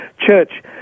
church